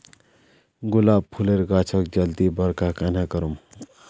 गुलाब फूलेर गाछोक जल्दी बड़का कन्हे करूम?